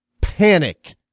panic